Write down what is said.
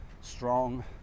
strong